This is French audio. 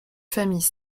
familles